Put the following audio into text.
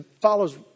follows